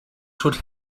should